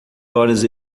horas